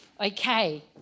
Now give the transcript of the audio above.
Okay